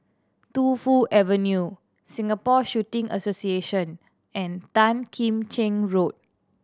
Tu Fu Avenue Singapore Shooting Association and Tan Kim Cheng Road